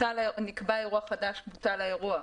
"נקבע אירוע חדש" או "בוטל האירוע".